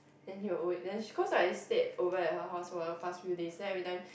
then he will always then she because I stayed over at her house for the past few days then every time